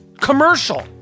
commercial